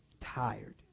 tired